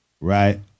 Right